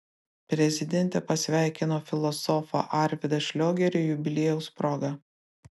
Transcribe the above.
prezidentė pasveikino filosofą arvydą šliogerį jubiliejaus proga